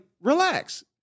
relax